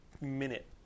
minute